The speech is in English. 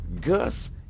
Gus